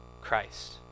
Christ